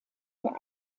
für